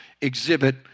exhibit